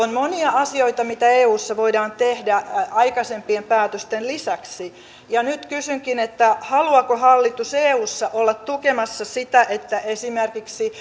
on monia asioita mitä eussa voidaan tehdä aikaisempien päätösten lisäksi ja nyt kysynkin haluaako hallitus eussa olla tukemassa sitä että esimerkiksi